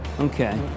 Okay